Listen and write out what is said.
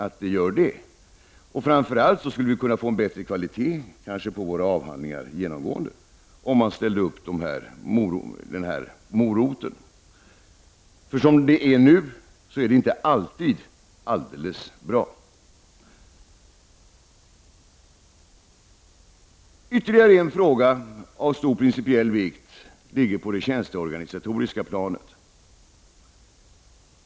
Framför allt skulle vi kanske kunna få en genomgående bättre kvalitet på våra avhandlingar om man tog fram den här moroten. Det är inte alltid bra som det nu är. Ytterligare en fråga av stor principiell vikt berör det tjänsteorganisatoriska planet.